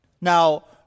Now